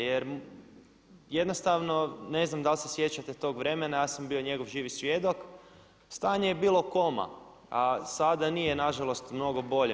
Jer jednostavno ne znam da li se sjećate tog vremena, ja sam bio njegov živi svjedok, stanje je bilo koma a sada nije nažalost mnogo bolje.